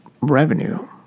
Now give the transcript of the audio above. revenue